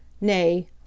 nay